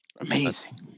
Amazing